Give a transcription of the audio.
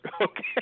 okay